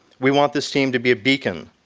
we want this team to be a beacon.